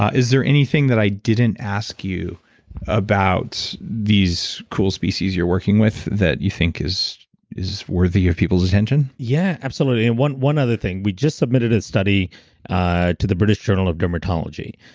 ah is there anything that i didn't ask you about these cool species you're working with that you think is is worthy of people's attention? yeah, absolutely. and one one other thing, we just submitted a study ah to the british journal of dermatology.